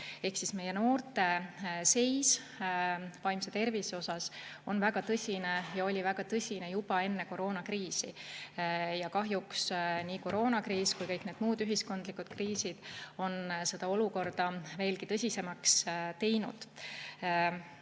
Ehk meie noorte vaimse tervise seis on väga tõsine ja oli väga tõsine juba enne koroonakriisi. Kahjuks nii koroonakriis kui ka kõik muud ühiskondlikud kriisid on seda olukorda veelgi tõsisemaks teinud.